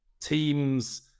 teams